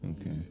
Okay